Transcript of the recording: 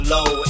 Low